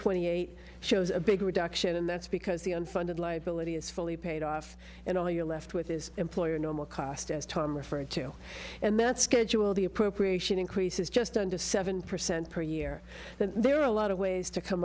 twenty eight shows a big reduction and that's because the unfunded liability is fully paid off and all you're left with is employer normal cost as tom referred to and that schedule the appropriation increases just under seven percent per year then there are a lot of ways to come